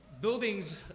buildings